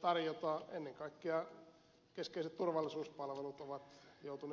tarjota ennen kaikkea keskeiset turvallisuuspalvelut ovat joutuneet kyseenalaisiksi